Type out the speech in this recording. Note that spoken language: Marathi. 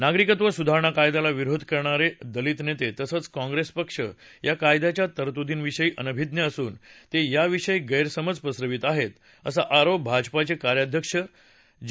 नागरिकत्व सुधारणा कायद्याला विरोध हे करणारे दलित नेते तसंच काँग्रेस पक्ष या कायद्याच्या तरतुदींविषयी अनभिज्ञ असून ते याविषयी गैरसमज पसरवीत आहेत असा आरोप भाजपाचे कार्याध्यक्ष जे